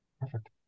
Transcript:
Perfect